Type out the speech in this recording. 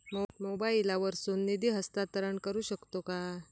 मोबाईला वर्सून निधी हस्तांतरण करू शकतो काय?